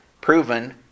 proven